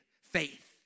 faith